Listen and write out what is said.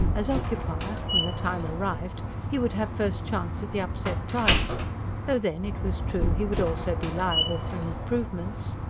as occupier, when the time arrived, he would have first chance at the upset price though then, it was true, he would also be liable for improvements.